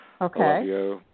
Okay